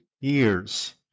years